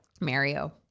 Mario